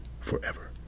forever